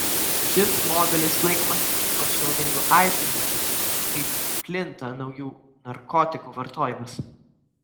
šis modelis laikomas ypač naudingu aiškinantis kaip plinta naujų narkotikų vartojimas